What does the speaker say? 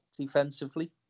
defensively